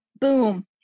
Boom